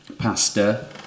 Pasta